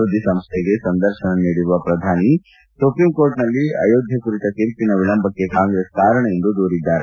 ಸುದ್ದಿ ಸಂಸ್ಥೆಗೆ ಸಂದರ್ಶನ ನೀಡಿರುವ ಪ್ರಧಾನಿ ಸುಪ್ರೀಂಕೋರ್ಟ್ ನಲ್ಲಿ ಆಯೋಧ್ಯ ಕುರಿತ ತೀರ್ಪಿನ ವಿಳಂಬಕ್ಕೆ ಕಾಂಗ್ರೆಸ್ ಕಾರಣ ಎಂದು ದೂರಿದ್ದಾರೆ